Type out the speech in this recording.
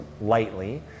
lightly